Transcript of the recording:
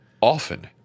Often